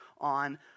on